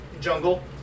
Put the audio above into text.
jungle